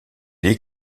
est